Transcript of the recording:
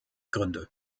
gründe